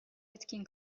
etkin